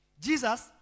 Jesus